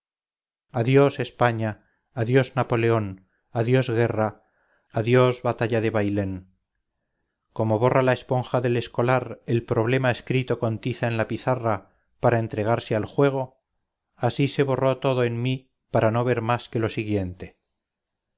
adiós españa adiós napoleón adiós guerra adiós batalla de bailén como borra la esponja del escolar el problema escrito con tiza en la pizarra para entregarse al juego así se borró todo en mí para no ver más que lo siguiente